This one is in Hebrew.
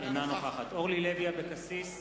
אינה נוכחת אורלי לוי אבקסיס,